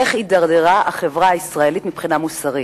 איך הידרדרה החברה הישראלית מבחינה מוסרית,